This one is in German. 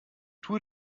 tue